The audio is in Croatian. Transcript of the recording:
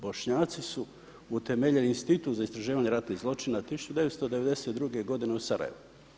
Bošnjaci su utemeljili Institut za istraživanje ratnih zločina 1992. godine u Sarajevu.